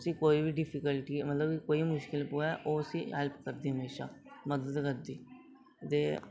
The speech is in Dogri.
उसी कोई बी डिफीकल्टी मतलब कोई बी मुश्किल पवै ओह् उसी हमेशा मतलब मदद करदी दे